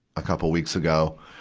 a couple weeks ago,